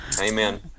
Amen